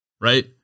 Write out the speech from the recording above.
right